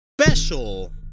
special